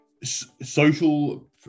social